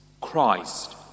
Christ